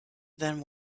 then